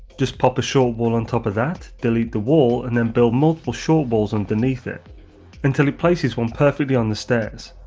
just pop a short wall ontop of that wall, delete the wall and then build multiple short walls underneath it until it places one perfectly on the stairs,